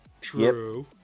True